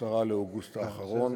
ב-10 באוגוסט האחרון,